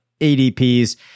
ADPs